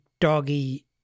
Doggy